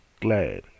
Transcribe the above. glad